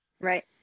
right